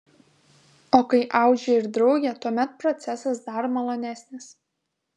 o kai audžia ir draugė tuomet procesas dar malonesnis